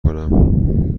کنم